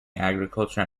agriculture